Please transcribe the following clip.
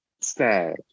sad